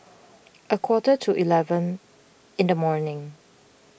a quarter to eleven in the morning